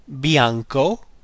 bianco